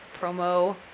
promo